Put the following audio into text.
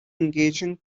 engaging